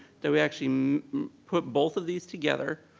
that we actually um put both of these together,